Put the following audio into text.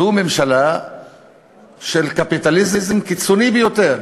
זו ממשלה של קפיטליזם קיצוני ביותר,